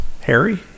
Harry